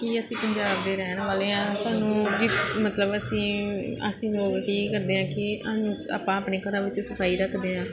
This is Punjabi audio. ਕਿ ਅਸੀਂ ਪੰਜਾਬ ਦੇ ਰਹਿਣ ਵਾਲੇ ਹਾਂ ਤੁਹਾਨੂੰ ਵੀ ਮਤਲਬ ਅਸੀਂ ਅਸੀਂ ਲੋਕ ਕੀ ਕਰਦੇ ਹਾਂ ਕਿ ਸਾਨੂੰ ਆਪਾਂ ਆਪਣੇ ਘਰਾਂ ਵਿੱਚ ਸਫਾਈ ਰੱਖਦੇ ਹਾਂ